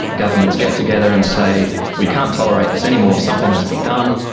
governments get together and say we can't tolerate this any more, something must be done', um